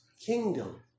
kingdom